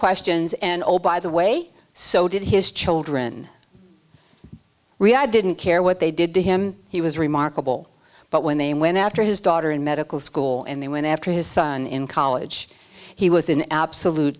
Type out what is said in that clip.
questions and the way so did his children riyad didn't care what they did to him he was remarkable but when they went after his daughter in medical school and they went after his son in college he was in absolute